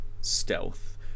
stealth